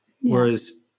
Whereas